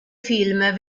film